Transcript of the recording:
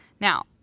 now